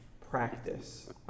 practice